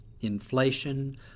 Inflation